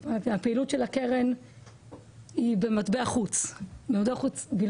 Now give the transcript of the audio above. הפעילות של הקרן היא במטבע חוץ בלבד.